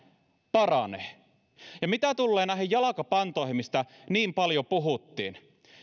paranee mitä tulee näihin jalkapantoihin mistä niin paljon puhuttiin